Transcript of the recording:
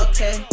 Okay